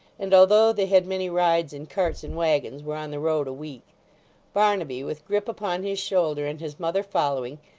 and although they had many rides in carts and waggons, were on the road a week barnaby, with grip upon his shoulder and his mother following,